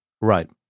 Right